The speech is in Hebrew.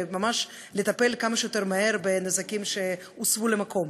וממש לטפל כמה שיותר מהר בנזקים שהוסבו למקום,